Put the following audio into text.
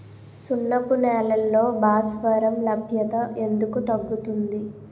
సున్నపు నేలల్లో భాస్వరం లభ్యత ఎందుకు తగ్గుతుంది?